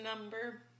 number